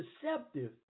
deceptive